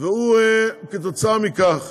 והוא כתוצאה מכך